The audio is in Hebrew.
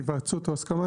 היוועצות או הסכמה,